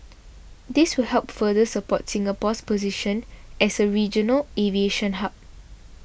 this will help further support Singapore's position as a regional aviation hub